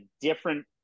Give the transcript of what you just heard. different